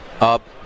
up